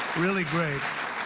really great.